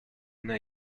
una